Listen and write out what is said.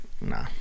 nah